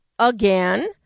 Again